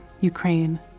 Ukraine